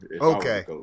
Okay